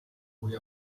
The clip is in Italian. cui